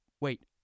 Wait